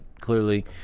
clearly